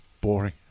boring